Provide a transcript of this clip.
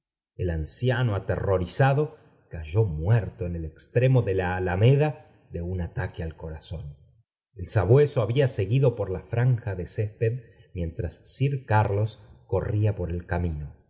el anciano aterrorizado cayó muerto en el extremo de la alameda de un ataque al corazón el sabueso había seguido por la íranja de césped mientras sir carlos corría por el camino